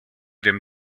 dem